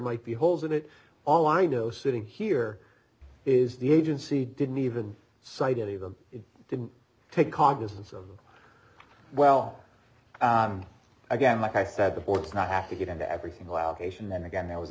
might be holes in it all i know sitting here is the agency didn't even cite any of them it didn't take cognizance of well again like i said the board's not have to get into every single allegation then again there was a